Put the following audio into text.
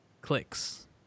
clicks